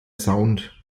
sound